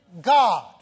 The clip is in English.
God